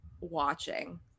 watching